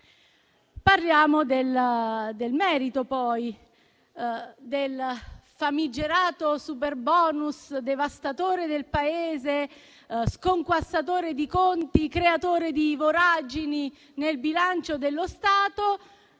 Parliamo del merito, poi, del famigerato superbonus devastatore del Paese, sconquassatore di conti, creatore di voragini nel bilancio dello Stato,